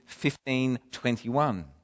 1521